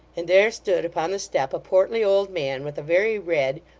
and there stood upon the step a portly old man, with a very red,